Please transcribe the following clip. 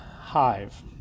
hive